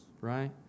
Right